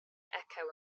echo